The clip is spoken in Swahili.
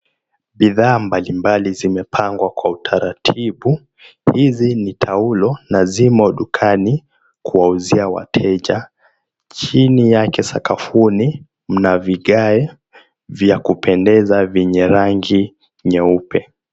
Bidhaa mbalimbali zimepangwa kwa utaratibu, hizi ni taulo na zimo dukani kuwauzia wateja chini yake, sakafuni mna vigae vya kupendeza venye rangi nyeupe.